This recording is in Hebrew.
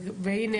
והינה,